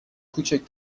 کوچک